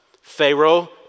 Pharaoh